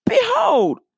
Behold